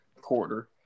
quarter